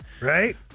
right